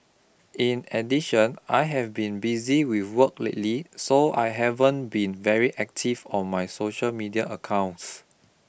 in addition I have been busy with work lately so I haven't been very active on my social media accounts